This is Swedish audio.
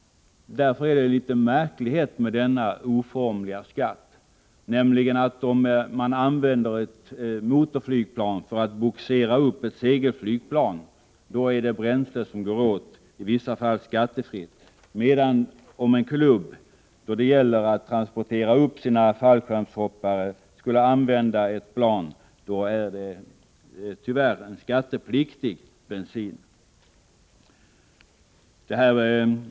Därför är det litet märkligt med den här oformliga skatten. Använder man ett motorflygplan för att bogsera upp ett segelflygplan är bränslet i vissa fall skattefritt, medan en klubb som skall med ett plan transportera upp sina fallskärmshoppare har skattepliktig bensin.